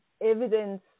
evidence